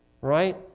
Right